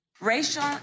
Racial